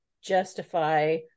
justify